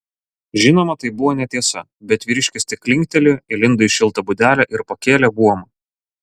žinoma tai buvo netiesa bet vyriškis tik linktelėjo įlindo į šiltą būdelę ir pakėlė buomą